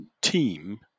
team